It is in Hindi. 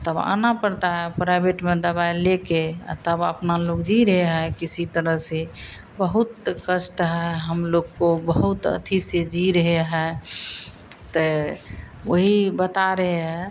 तब आना पड़ता है प्राइवेट में दवाई लेकर अ तब अपना लोग जी रहे हैं किसी तरह से बहुत कष्ट है हम लोग को बहुत अथि से जी रहे हैं ते वही बता रहे हैं